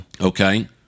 Okay